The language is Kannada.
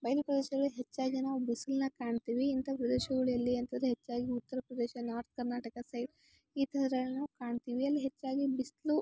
ಬಯಲು ಪ್ರದೇಶಗಳಲ್ಲಿ ಹೆಚ್ಚಾಗಿ ನಾವು ಬಿಸ್ಲನ್ನ ಕಾಣ್ತೀವಿ ಇಂಥ ಪ್ರದೇಶಗಳಲ್ಲಿ ಅಂಥದೇ ಹೆಚ್ಚಾಗಿ ಉತ್ತರ ಪ್ರದೇಶ ನಾರ್ತ್ ಕರ್ನಾಟಕ ಸೈಡ್ ಈ ಥರ ಎಲ್ಲ ಕಾಣ್ತೀವಿ ಅಲ್ಲಿ ಹೆಚ್ಚಾಗಿ ಬಿಸಿಲು